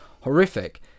horrific